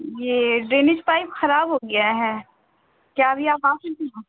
یہ drainage pipe خراب ہو گیا ہے کیا ابھی آپ آ سکتے ہیں